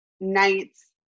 nights